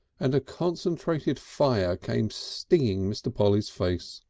and a concentrated fire came stinging mr. polly's face.